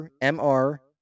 M-R